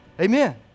Amen